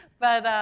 but, ah,